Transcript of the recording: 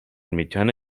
mitjana